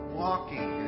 walking